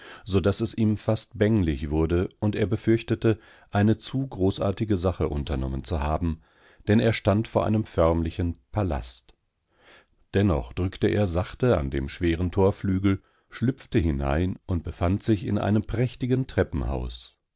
so daß es ihm fast bänglich wurde und er befürchtete eine zu großartige sache unternommen zu haben denn er stand vor einem förmlichen palast dennoch drückte er sachte an dem schweren torflügel schlüpfte hinein und befand sich in einem prächtigen treppenhaus